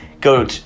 go